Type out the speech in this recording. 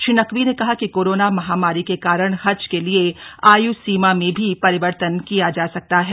श्री नकवी ने कहा कि कोरोना महामारी के कारण हज के लिए आय सीमा में भी परिवर्तन किया जा सकता है